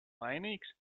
vainīgs